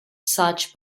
such